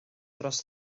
dros